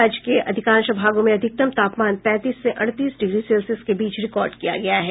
राज्य के अधिकांश भागों में अधिकतम तापमान पैंतीस से अड़तीस डिग्री सेल्सियस के बीच रिकार्ड किया गया है